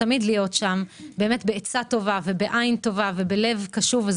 תמיד להיות שם בעצה טובה ובעין טובה ובלב קשוב,